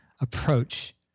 approach